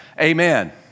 Amen